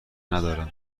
ندارم